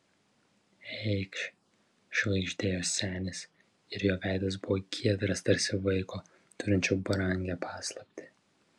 eikš švagždėjo senis ir jo veidas buvo giedras tarsi vaiko turinčio brangią paslaptį